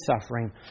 suffering